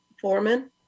Foreman